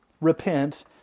repent